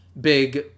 big